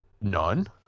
none